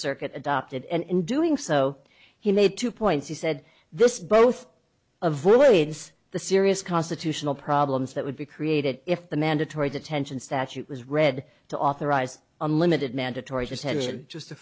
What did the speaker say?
circuit adopted and in doing so he made two points he said this both avoids the serious constitutional problems that would be created if the mandatory detention statute was read to authorize unlimited mandatory